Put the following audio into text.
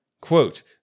Quote